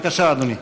בבקשה, אדוני.